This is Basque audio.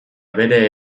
bere